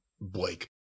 Blake